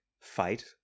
fight